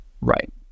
Right